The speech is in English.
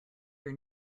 your